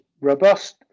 robust